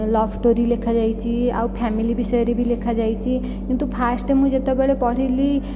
love story ଲେଖାଯାଇଛି ଆଉ family ବିଷୟରେ ବି ଲେଖାଯାଇଛି କିନ୍ତୁ ଫାର୍ଷ୍ଟ ମୁଁ ଯେତେବେଳେ ପଢ଼ିଲି